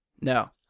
No